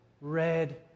red